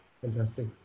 Fantastic